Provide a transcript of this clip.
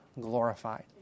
glorified